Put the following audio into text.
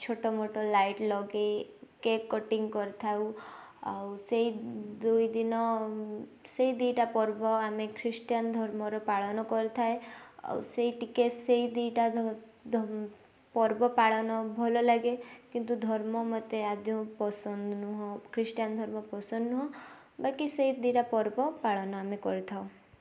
ଛୋଟ ମୋଟ ଲାଇଟ ଲଗାଇ କେକ କଟିଙ୍ଗ କରିଥାଉ ଆଉ ସେଇ ଦୁଇ ଦିନ ସେଇ ଦୁଇଟା ପର୍ବ ଆମେ ଖ୍ରୀଷ୍ଟିଆନ ଧର୍ମର ପାଳନ କରିଥାଏ ଆଉ ସେଇ ଟିକେ ସେଇ ଦୁଇଟା ପର୍ବ ପାଳନ ଭଲ ଲାଗେ କିନ୍ତୁ ଧର୍ମ ମତେ ଆଦୌଉଁ ପସନ୍ଦ ନୁହଁ ଖ୍ରୀଷ୍ଟିଆନ ଧର୍ମ ପସନ୍ଦ ନୁହଁ ବାକି ସେଇ ଦୁଇଟା ପର୍ବ ପାଳନ ଆମେ କରିଥାଉ